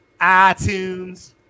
ITunes